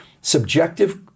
subjective